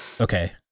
Okay